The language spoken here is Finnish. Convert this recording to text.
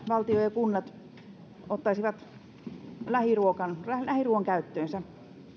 valtio ja kunnat ottaisivat lähiruuan käyttöönsä